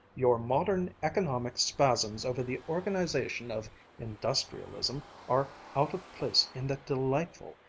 your modern, economic spasms over the organization of industrialism are out of place in that delightful,